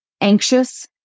anxious